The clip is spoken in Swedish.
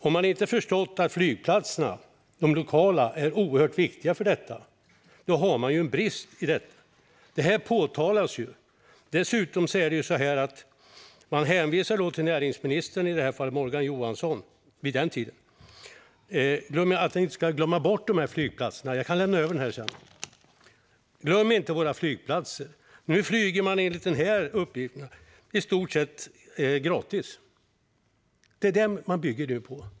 Han och de andra artikelförfattarna, däribland Motorflygförbundets generalsekreterare, påtalar att det är en brist om beslutsfattarna inte förstår att de lokala flygplatserna är oerhört viktiga för detta. Dessutom uppmanar de näringsministern, vid den här tiden Morgan Johansson, att inte glömma bort de här flygplatserna. Jag kan lämna över artikeln till ministern sedan. Nu flyger man enligt artikelns uppgifter i stort sett gratis. Det är det man bygger på.